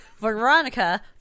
Veronica